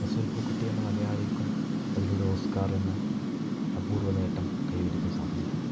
റസ്സൂൽ പൂക്കുട്ടി എന്ന മലയാളിക്കും അതിലൂടെ ഓസ്കർ എന്ന അപൂർവ്വ നേട്ടം കൈവരിക്കാൻ സാധിച്ചിട്ടുണ്ട്